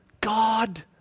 God